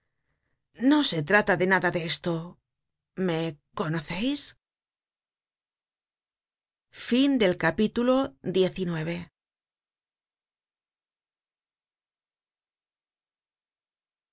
no se trata de nada de esto me conoceis